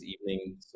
evening